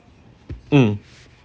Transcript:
mm